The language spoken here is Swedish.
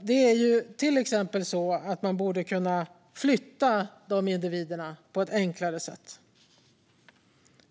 Det är till exempel så att man borde kunna flytta de individerna på ett enklare sätt.